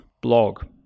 blog